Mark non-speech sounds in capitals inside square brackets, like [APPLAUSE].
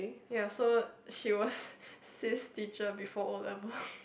ya so she was [BREATH] sis teacher before O-level